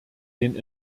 den